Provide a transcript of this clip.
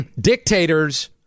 Dictators